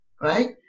right